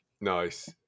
Nice